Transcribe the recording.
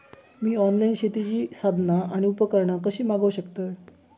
मी online शेतीची साधना आणि उपकरणा कशी मागव शकतय?